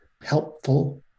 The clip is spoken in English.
helpful